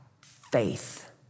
faith